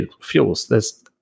fuels